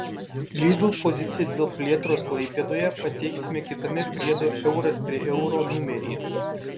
lidl poziciją dėl plėtros klaipėdoje pateiksime kitame priedo euras prie euro numeryje